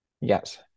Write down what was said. Yes